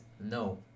no